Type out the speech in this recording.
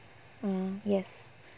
mm yes